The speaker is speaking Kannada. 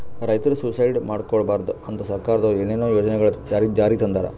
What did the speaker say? ರೈತರ್ ಸುಯಿಸೈಡ್ ಮಾಡ್ಕೋಬಾರ್ದ್ ಅಂತಾ ಸರ್ಕಾರದವ್ರು ಏನೇನೋ ಯೋಜನೆಗೊಳ್ ಜಾರಿಗೆ ತಂದಾರ್